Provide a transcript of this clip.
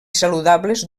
saludables